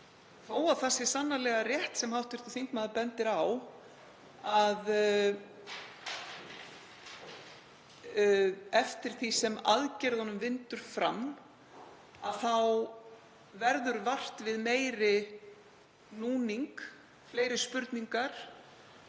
Það er sannarlega rétt, sem hv. þingmaður bendir á, að eftir því sem aðgerðunum vindur fram þá verður vart við meiri núning, fleiri spurningar,